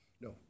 No